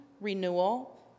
renewal